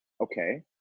Okay